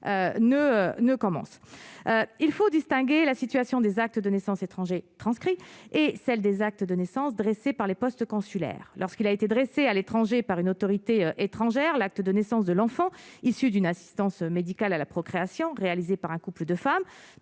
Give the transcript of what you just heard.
il faut distinguer la situation des actes de naissance étrangers transcrit et celle des actes de naissance, dressé par les postes consulaires lorsqu'il a été dressée à l'étranger par une autorité étrangère, l'acte de naissance de l'enfant issu d'une assistance médicale à la procréation, réalisé par un couple de femmes